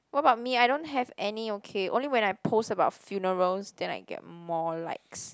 what about me I don't have any okay only when I post about funerals then I get more likes